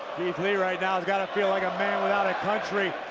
keith lee right now has gotta feel like a man without a country,